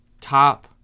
top